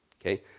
Okay